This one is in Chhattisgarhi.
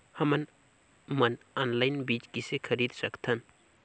हमन मन ऑनलाइन बीज किसे खरीद सकथन?